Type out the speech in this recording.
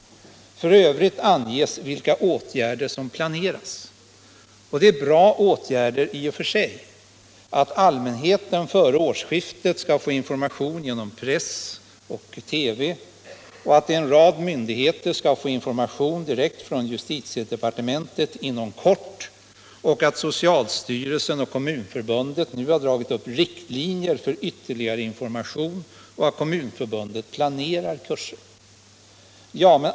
I övrigt anges vilka åtgärder som planeras. Dessa åtgärder är bra i och för sig. Allmänheten skall före årsskiftet få information genom press och TV och en rad myndigheter skall inom kort få information direkt genom justitiedepartementet. Dessutom har socialstyrelsen och Kommunförbundet nu dragit upp riktlinjer för ytterligare information, och Kommunförbundet planerar kurser för handläggare.